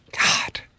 god